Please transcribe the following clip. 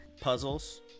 puzzles